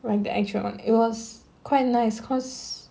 like the actual one it was quite nice because